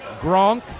Gronk